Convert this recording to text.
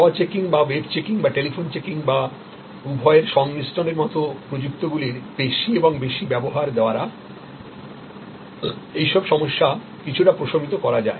স্বচেকিং বা ওয়েবচেকিং বা telephone checking বা উভয়ের সংমিশ্রণের মতো প্রযুক্তিগুলির বেশি এবং বেশি ব্যবহার দ্বারা এইসব সমস্যা কিছুটা প্রশমিত করা যায়